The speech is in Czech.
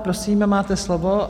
Prosím, máte slovo.